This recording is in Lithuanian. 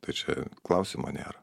tai čia klausimo nėra